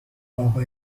اقا